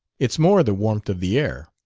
it's more the warmth of the air.